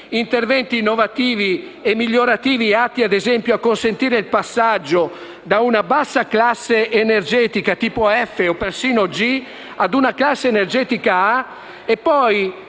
interventi innovativi e migliorativi, atti ad esempio a consentire il passaggio da una bassa classe energetica tipo F, o persino G, ad una classe energetica A, e poi